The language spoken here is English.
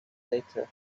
later